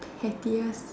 pettiest